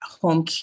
home